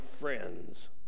friends